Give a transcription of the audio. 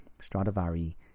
Stradivari